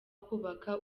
kubaka